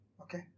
Okay